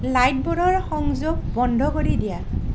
লাইটবোৰৰ সংযোগ বন্ধ কৰি দিয়া